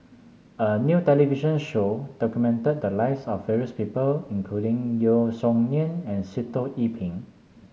a new television show documented the lives of various people including Yeo Song Nian and Sitoh Yih Pin